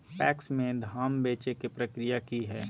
PACS में धाम बेचे के प्रक्रिया की हय?